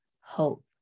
Hope